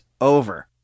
over